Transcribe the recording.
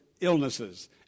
illnesses